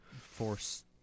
force